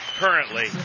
Currently